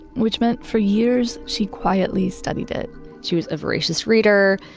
which meant for years she quietly studied it she was voracious reader,